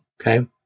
Okay